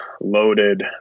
loaded